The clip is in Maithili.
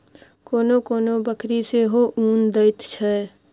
कोनो कोनो बकरी सेहो उन दैत छै